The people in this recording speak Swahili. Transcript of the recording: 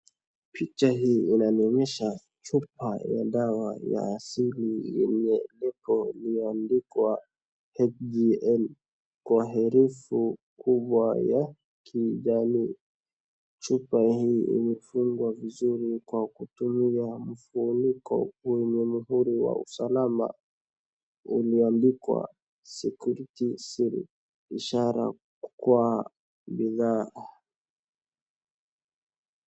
Picha hii inanionyesha chupa ya dawa ya asili imeandikwa HJN kwa herufi kubwa ya kijani, chupa hii imefungwa vizuri kwa kutumia kifuniko yenye muhuri wa usalama imeandikwa security seal ishara kuwa bidhaa.